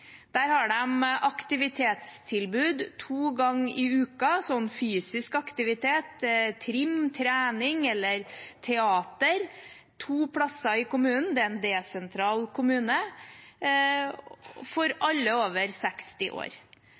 Der har de aktivitetstilbud to ganger i uken, som fysisk aktivitet, trim, trening eller teater, to steder i kommunen – det er en desentral kommune – for alle over 60 år.